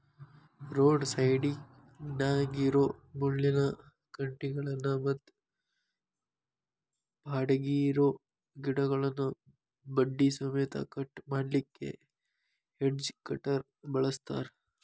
road ಸೈಡ್ನ್ಯಾಗಿರೋ ಮುಳ್ಳಿನ ಕಂಟಿಗಳನ್ನ ಮತ್ತ್ ಬ್ಯಾಡಗಿರೋ ಗಿಡಗಳನ್ನ ಬಡ್ಡಿ ಸಮೇತ ಕಟ್ ಮಾಡ್ಲಿಕ್ಕೆ ಹೆಡ್ಜ್ ಕಟರ್ ಬಳಸ್ತಾರ